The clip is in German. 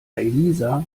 elisa